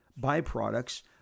byproducts